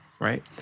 right